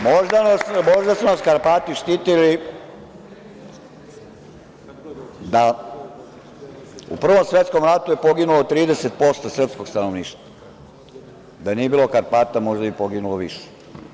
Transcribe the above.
Možda su vas Karpati štitili u Prvom svetskom ratu, gde je poginulo 30% srpskog stanovništva, da nije bilo Karpata, možda bi poginulo više.